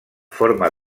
forma